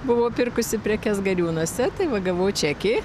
buvau pirkusi prekes gariūnuose tai va gavau čekį